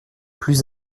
plus